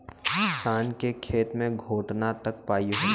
शान के खेत मे घोटना तक पाई होला